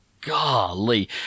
golly